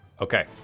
Okay